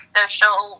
social